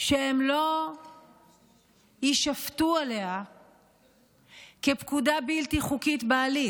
שהם לא יישפטו עליה כפקודה בלתי חוקית בעליל,